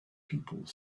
people